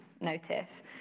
notice